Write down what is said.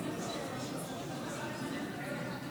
איזה באסה.